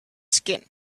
skin